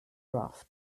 raft